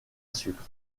sucre